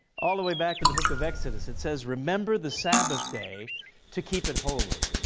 all the way back in the book of exodus it says, remember the sabbath day to keep it holy.